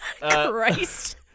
Christ